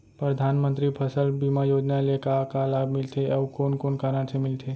परधानमंतरी फसल बीमा योजना ले का का लाभ मिलथे अऊ कोन कोन कारण से मिलथे?